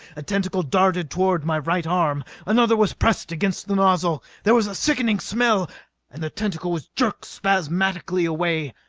a tentacle darted toward my right arm. another was pressed against the nozzle. there was a sickening smell and the tentacle was jerked spasmodically away.